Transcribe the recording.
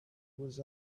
was